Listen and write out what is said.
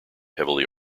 heavily